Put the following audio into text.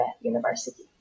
University